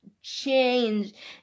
change